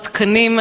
מספר התקנים,